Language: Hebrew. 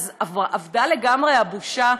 אז אבדה לגמרי הבושה?